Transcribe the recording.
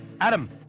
Adam